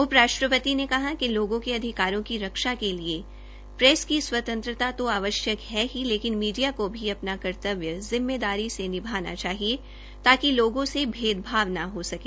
उप राष्ट्रपति ने कहा कि लोगों को अधिकारों की रखा के लिए प्रैस की स्वतंत्रता तो आवश्यक है लेकिन मीडिया को भी अपना कर्तव्य जिम्मेदारी से निभाना चाहिए ताकि लोगों को भेदभाव न किया जा सके